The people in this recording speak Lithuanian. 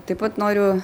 taip pat noriu